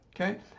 okay